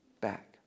back